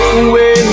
away